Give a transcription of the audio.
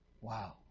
Wow